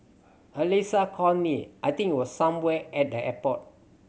Alyssa called me I think it was somewhere at the airport